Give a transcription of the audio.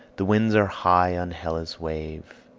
the winds are high on helle's wave,